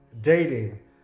dating